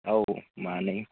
औ मानै